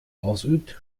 ausübt